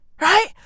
Right